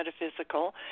metaphysical